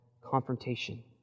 confrontation